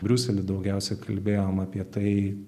briuselį daugiausia kalbėjom apie tai